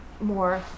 more